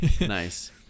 Nice